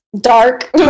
dark